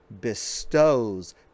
bestows